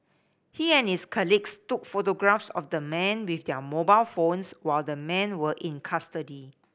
he and his colleagues took photographs of the men with their mobile phones while the men were in custody